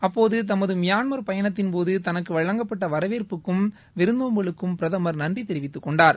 அப்போது தமது மியான்மா் பயணத்தின்போது தனக்கு வழங்கப்பட்ட வரவேற்புக்கும் விருந்தோப்பலுக்கும் பிரதமர் நன்றித் தெரிவித்துக்கொண்டார்